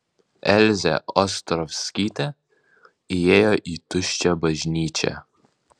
elzė ostrovskytė įėjo į tuščią bažnyčią